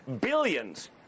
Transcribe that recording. billions